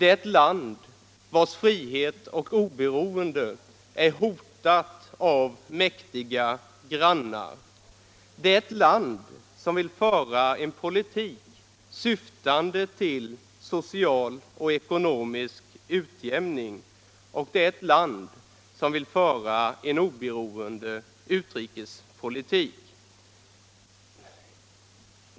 ett land vars frihet och oberoende är hotade av mäktiga grannar, et land som vill föra en politik syftande till social och ekonomisk utjämning och ett land som vill föra en oberoende utrikespolitik.